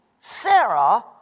sarah